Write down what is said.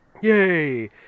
Yay